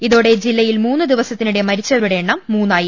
ഇതോടെ ജില്ലയിൽ മൂന്നുദിവസത്തിനിടെ മരിച്ച വരുടെ എണ്ണം മൂന്നായി